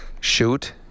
Shoot